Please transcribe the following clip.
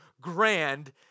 grand